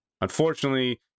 Unfortunately